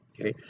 okay